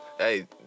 Hey